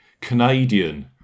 Canadian